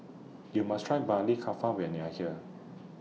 YOU must Try Maili Kofta when YOU Are here